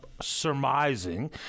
surmising